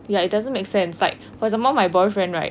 ya it doesn't make sense like or example my boyfriend right